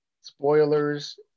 spoilers